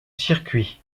circuit